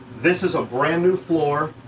this is a brand new floor.